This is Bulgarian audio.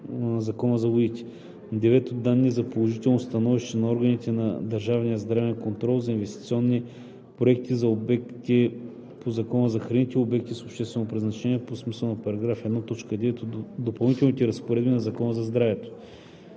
в Закона за водите; 9. данни за положително становище на органите на държавния здравен контрол за инвестиционни проекти за обекти по Закона за храните и обекти с обществено предназначение по смисъла на § 1, т. 9 от допълнителните разпоредби на Закона за здравето.“